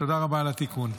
תודה רבה על התיקון.